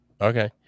Okay